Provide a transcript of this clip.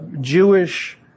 Jewish